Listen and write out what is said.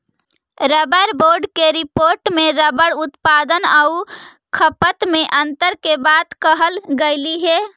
rubber board के report में rubber उत्पादन आउ खपत में अन्तर के बात कहल गेलइ हे